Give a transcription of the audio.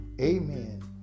Amen